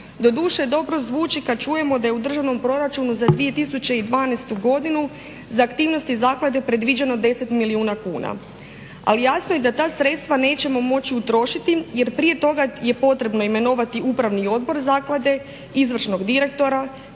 Doduše dobro zvuči kada čujemo da je u državnom proračunu za 2012.godinu za aktivnosti zaklade predviđeno 10 milijuna kuna. Ali jasno je da ta sredstva nećemo moći utrošiti jer prije toga je potrebno imenovati upravni odbor zaklade, izvršnog direktora,